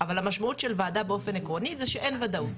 אבל המשמעות של ועדה באופן עקרוני זה שאין ודאות.